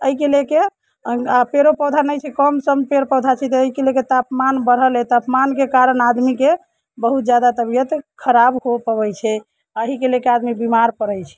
एहिके लेके आ पेड़ो पौधा नहि छै कम सम पेड़ पौधा छै जहिके लेके तापमान बढ़ल हइ तापमानके कारण आदमीके बहुत जादा तबियत खराब हो पबैत छै एहिके लेके आदमी बीमार पड़ैत छै